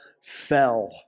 fell